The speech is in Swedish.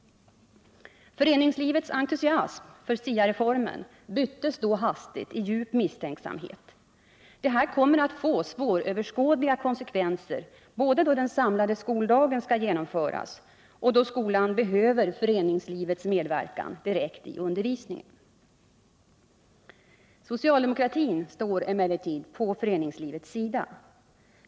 Föreningslivets entusiam för SIA-reformen byttes då hastigt i djup misstänksamhet. Detta kommer att få svåröverskådliga konsekvenser både då den samlade skoldagen skall genomföras och då skolan behöver föreningslivets medverkan direkt i undervisningen. Socialdemokratin står emellertid på föreningslivets sida.